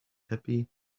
happy